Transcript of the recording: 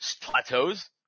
plateaus